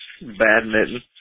Badminton